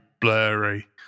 blurry